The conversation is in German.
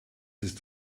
ist